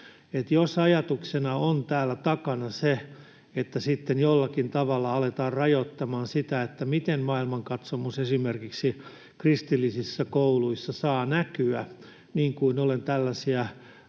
Jos ajatuksena on täällä takana se, että sitten jollakin tavalla aletaan rajoittamaan sitä, miten maailmankatsomus esimerkiksi kristillisissä kouluissa saa näkyä — niin kuin olen tällaisia